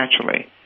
naturally